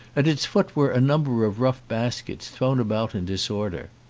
at its foot were a number of rough baskets thrown about in dis order.